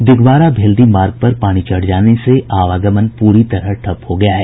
दिघवाड़ा भेल्दी मार्ग पर पानी चढ़ जाने से आवागमन प्ररी तरह ठप हो गया है